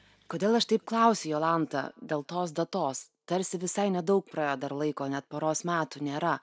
kodėl aš taip klausiu jolanta dėl tos datos tarsi visai nedaug prėjo dar laiko net poros metų nėra